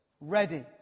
ready